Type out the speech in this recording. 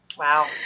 Wow